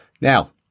Now